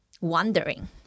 wondering